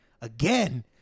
Again